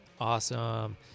Awesome